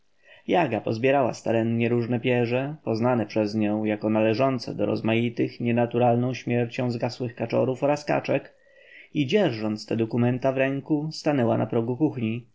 ostateczny jagna pozbierała starannie różne pierze poznane przez nią jako należące do rozmaitych nienaturalną śmiercią zgasłych kaczorów oraz kaczek i dzierżąc te dokumenta w ręku stanęła na progu kuchni